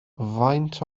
faint